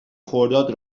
خرداد